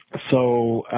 so,